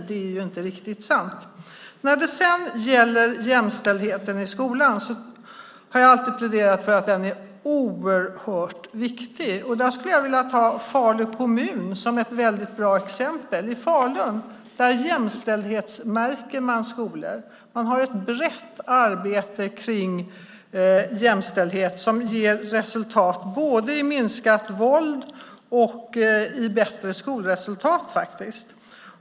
Det är inte riktigt sant. När det gäller jämställdheten i skolan har jag alltid pläderat för att den är oerhört viktig. Jag skulle vilja ta Falu kommun som ett väldigt bra exempel. I Falun jämställdhetsmärker man skolor. Man har ett brett arbete kring jämställdhet som ger resultat, både i minskat våld och i bättre skolresultat faktiskt.